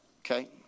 Okay